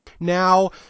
Now